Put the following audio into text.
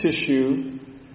tissue